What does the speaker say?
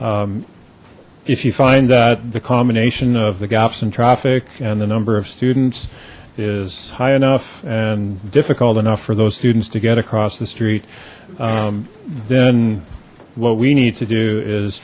if you find that the combination of the gaps in traffic and the number of students is high enough and difficult enough for those students to get across the street then what we need to do is